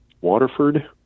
Waterford